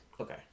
Okay